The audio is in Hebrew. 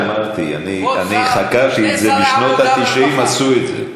אני חקרתי את זה, בשנות ה-90 עשו את זה.